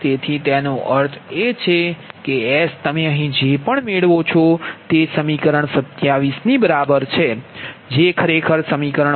તેથી તેનો અર્થ એ છે કે S તમે અહીં જે પણ મેળવો તે સમીકરણ 27 બરાબર છે જે ખરેખર સમીકરણ 29 છે